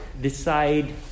decide